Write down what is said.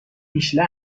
میشله